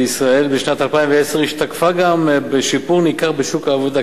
של ישראל בשנת 2010 השתקפה גם בשיפור ניכר בשוק העבודה,